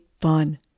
fun